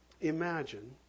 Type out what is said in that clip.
Imagine